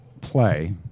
play